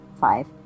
five